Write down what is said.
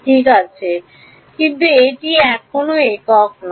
ঠিক আছে কিন্তু এটি এখনও একক নয়